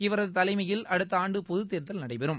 இவரதுதலைமையில் அடுத்தஆண்டுபொதுத்தோதல் நடைபெறும்